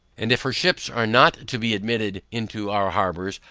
and if her ships are not to be admitted into our harbours,